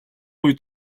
үед